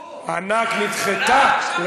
נדחתה.